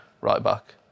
right-back